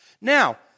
Now